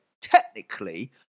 technically